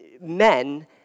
men